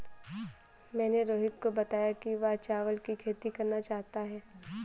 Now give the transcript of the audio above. मैंने रोहित को बताया कि वह चावल की खेती करना चाहता है